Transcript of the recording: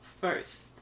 first